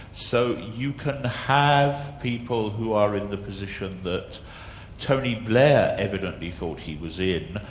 so you can have people who are in the position that tony blair evidently thought he was in,